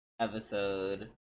episode